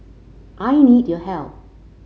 I need your help